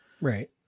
Right